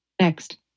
Next